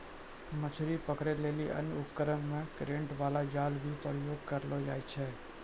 मछली पकड़ै लेली अन्य उपकरण मे करेन्ट बाला जाल भी प्रयोग करलो जाय छै